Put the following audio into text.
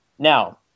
Now